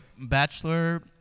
bachelor